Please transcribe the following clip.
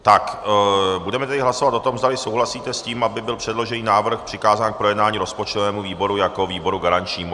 Tak, budeme tedy hlasovat o tom, zdali souhlasíte s tím, aby byl předložený návrh přikázán k projednání rozpočtovému výboru jako výboru garančnímu.